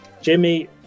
Jimmy